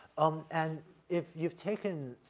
um, and if you've taken,